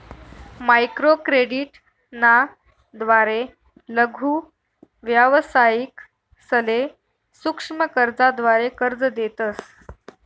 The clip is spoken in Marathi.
माइक्रोक्रेडिट ना द्वारे लघु व्यावसायिकसले सूक्ष्म कर्जाद्वारे कर्ज देतस